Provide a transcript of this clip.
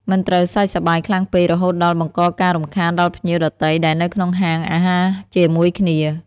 មិនត្រូវសើចសប្បាយខ្លាំងពេក រហូតដល់បង្កការរំខានដល់ភ្ញៀវដទៃដែលនៅក្នុងហាងអាហារជាមួយគ្នា។